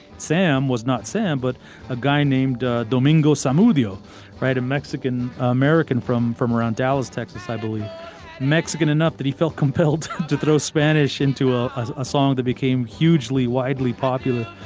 sam was not sam but a guy named domingo smoothie all right a mexican american from from around dallas texas i believe mexican enough that he felt compelled to throw spanish into ah a song that became hugely widely popular.